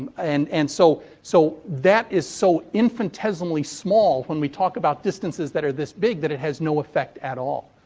um and and so, so that is so infinitesimally small when we talk about distances that are this big that it has no effect at all.